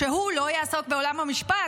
שהוא לא יעסוק בעולם המשפט,